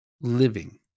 living